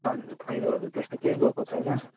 हजुर पहिरोहरू त्यस्तो केही गएको छैन